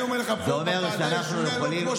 אני אומר לך שהחוק בוועדה ישונה,